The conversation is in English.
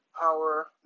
power